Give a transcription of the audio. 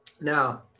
Now